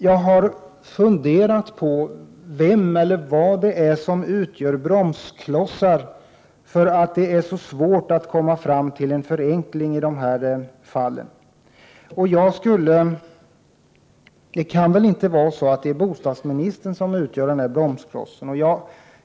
Jag har funderat på vem eller vad det är som utgör bromsklossar när det är så svårt att komma fram till en förenkling i dessa fall. Det kan väl inte vara så att det är bostadsministern?